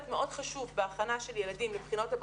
מאוד חשוב בהכנה של ילדים לבחינות הבגרות,